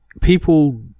people